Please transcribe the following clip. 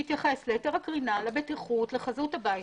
מתייחס להיתר הקרינה, לבטיחות, לחזות הבית.